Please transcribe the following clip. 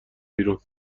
بیرون